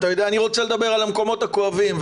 אני רוצה לדבר על המקומות הכואבים.